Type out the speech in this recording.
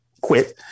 quit